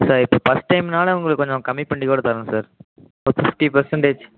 sir இப்போ first டைம்னாலே உங்களுக்கு கொஞ்சம் கம்மி பண்ணிக் கூட தரோம் சார் ஒரு ஃபிஃப்ட்டி பர்சென்டேஜ்